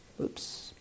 oops